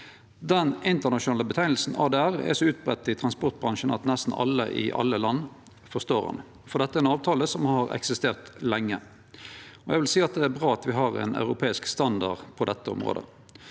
Det internasjonale namnet ADR er så utbreidd i transportbransjen at nesten alle i alle land forstår det, for dette er ein avtale som har eksistert lenge. Det er bra at me har ein europeisk standard på dette området.